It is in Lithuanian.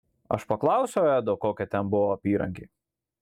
aš paklausiau edo kokia ten buvo apyrankė